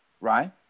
right